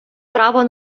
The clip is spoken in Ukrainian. право